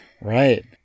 Right